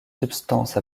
substance